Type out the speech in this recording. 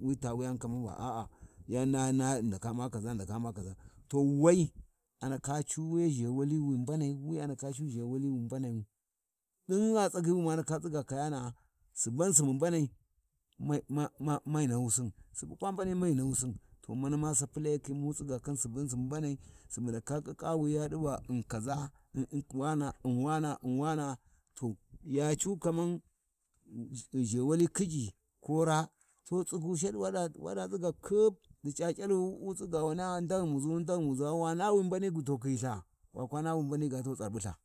wi ta wuyani kama ba a’a ya-ya na ghi ndaka U'ma kaʒa ghi ndaka U'ma kaʒa to wai anda cu wi zhewali wi mbanai, wi andaka cu zhewali wi mbanayu, ɗingha tsagyi wi ma ndaka tsiga kayana’a, Suban Subu mbanai mai-mai nahusin, subu kwa mbani mye nahusin, mani ma sopi layakhi ma tsiga khin Suban Subu mbanai, Subu ndaku kikawi ya ɗu ba U’n kaʒa, U’nm wana, um wana, U'n wana to la ya cu kamar zhewali kijji ko raa to tsigyu shaɗi, waba tsiga ƙhib ɗi C’aC’alwi wa tsiga waniya ndaghimuʒa ndaghimuʒa, wana wi mbani to khiLtha, waku naha wi mbani ga to tsarbultha.